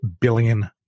billion